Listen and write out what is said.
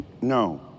no